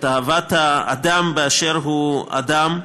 אהבת האדם באשר הוא אדם,